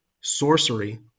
sorcery